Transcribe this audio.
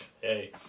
hey